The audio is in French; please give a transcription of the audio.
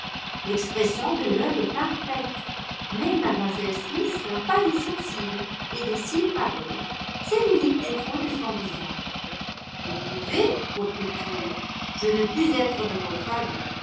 l'expression de l'œil est parfaite mais mlle smith n'a pas des sourcils et des cils pareils c'est l'unique défaut de son visage vous trouvez reprit-il je ne puis être de votre avis